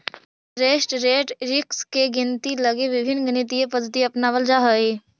interest rate risk के गिनती लगी विभिन्न गणितीय पद्धति अपनावल जा हई